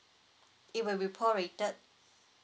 it will be prrated